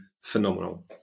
phenomenal